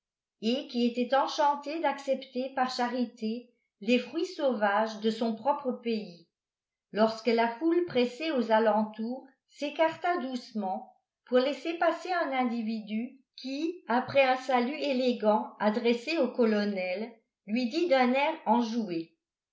qui était enchanté d'accepter par charité les fruits sauvages de son propre pays lorsque la foule pressée aux alentours s'écarta doucement pour laisser passer un individu qui après un salut élégant adressé au colonel lui dit d'un air enjoué